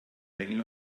bengel